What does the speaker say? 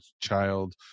child